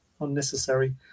unnecessary